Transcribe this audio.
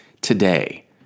today